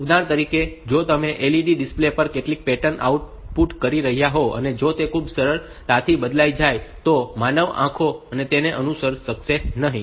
ઉદાહરણ તરીકે જો તમે LED ડિસ્પ્લે પર કેટલીક પેટર્ન આઉટપુટ કરી હોય અને જો તે ખૂબ જ ઝડપથી બદલાઈ જાય તો માનવ આંખો તેને અનુસરી શકશે નહીં